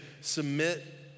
submit